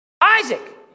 Isaac